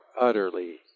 utterly